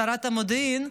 שרת המודיעין,